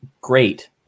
great